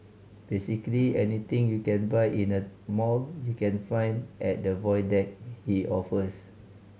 basically anything you can buy in a mall you can find at the Void Deck he offers